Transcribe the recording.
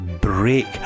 break